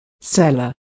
Seller